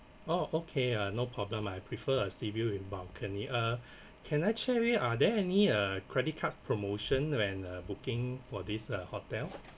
oh okay ah no problem ah I prefer a sea view with balcony uh can I check with you are there any uh credit card promotion when uh booking for this uh hotel